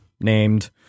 named